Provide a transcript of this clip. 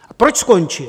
A proč skončil?